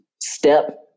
step